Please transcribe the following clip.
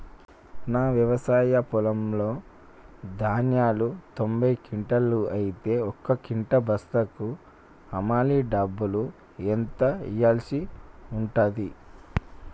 నా వ్యవసాయ పొలంలో ధాన్యాలు తొంభై క్వింటాలు అయితే ఒక క్వింటా బస్తాకు హమాలీ డబ్బులు ఎంత ఇయ్యాల్సి ఉంటది?